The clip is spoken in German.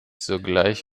sogleich